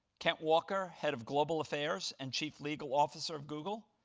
kent walker, head of global affairs and chief legal officer of google,